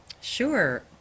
Sure